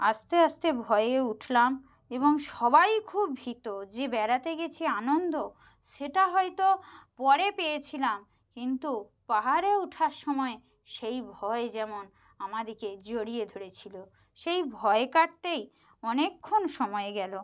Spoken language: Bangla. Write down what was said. আস্তে আস্তে ভয়ে উঠলাম এবং সবাই খুব ভীত যে বেড়াতে গেছি আনন্দ সেটা হয়তো পরে পেয়েছিলাম কিন্তু পাহাড়ে ওঠার সময় সেই ভয় যেমন আমাদিকে জড়িয়ে ধরেছিলো সেই ভয় কাটতেই অনেকক্ষণ সময় গেলো